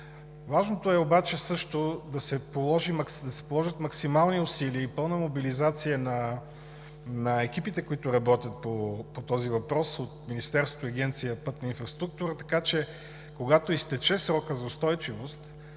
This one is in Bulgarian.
Важното е обаче също да се положат максимални усилия и пълна мобилизация на екипите, които работят по този въпрос от Министерството и Агенция „Пътна инфраструктура“, така че когато изтече срокът за устойчивост